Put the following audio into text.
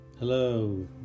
Hello